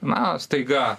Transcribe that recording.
na staiga